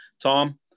Tom